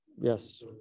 yes